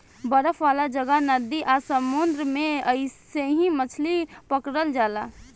बरफ वाला जगह, नदी आ समुंद्र में अइसही मछली पकड़ल जाला